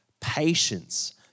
Patience